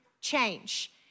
change